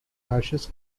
ashes